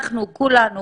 כולנו,